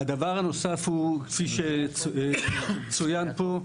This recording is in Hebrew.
הדבר הנוסף הוא, כפי שצוין פה,